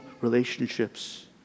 relationships